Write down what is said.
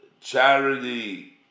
charity